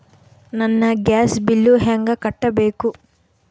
ನನ್ನ gas bill ಹೆಂಗ ಕಟ್ಟಬೇಕು?